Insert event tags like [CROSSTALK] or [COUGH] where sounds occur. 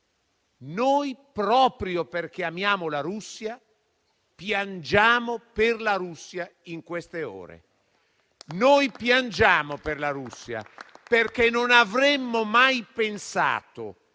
Noi, proprio perché amiamo la Russia, piangiamo per la Russia in queste ore. [APPLAUSE] Noi piangiamo per la Russia, perché non avremmo mai pensato,